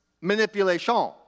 Manipulation